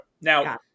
Now